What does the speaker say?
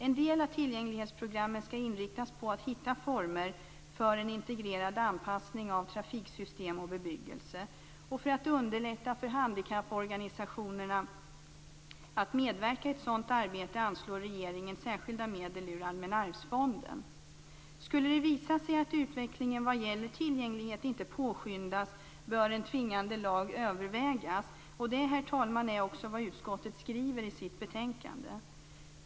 En del av tillgänglighetsprogrammet skall inriktas på att hitta former för en integrerad anpassning av trafiksystem och bebyggelse. För att underlätta för handikapporganisationerna att medverka i ett sådant arbete anslår regeringen särskilda medel ur Allmänna arvsfonden. Skulle det visa sig att utvecklingen av tillgängligheten inte påskyndas bör en tvingande lag övervägas. Det är också vad utskottet skriver i sitt betänkande, herr talman.